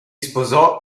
sposò